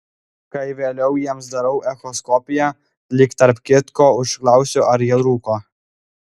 kai vėliau jiems darau echoskopiją lyg tarp kitko užklausiu ar jie rūko